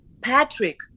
Patrick